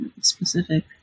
specific